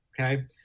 okay